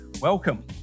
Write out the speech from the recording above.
welcome